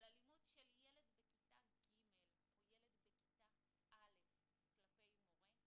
אלימות של ילד בכיתה ג' או ילד בכיתה א' כלפי מורה,